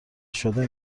شده